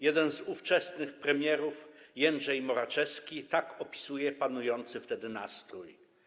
Jeden z ówczesnych premierów, Jędrzej Moraczewski, tak opisuje panujący wtedy nastrój: